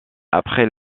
après